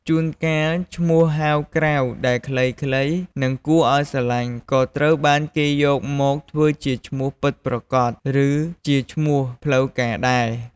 ជួនកាលឈ្មោះហៅក្រៅដែលខ្លីៗ និងគួរឲ្យស្រឡាញ់ ក៏ត្រូវបានគេយកមកធ្វើជាឈ្មោះពិតប្រាកដ ឬជាឈ្មោះផ្លូវការដែរ។